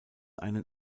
einen